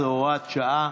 19, הוראת שעה)